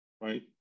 right